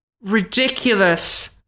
ridiculous